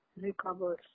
recover